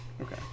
Okay